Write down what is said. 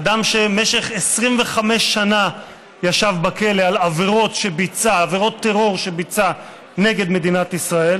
אדם שמשך 25 שנה ישב בכלא על עבירות טרור שביצע נגד מדינת ישראל